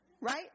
Right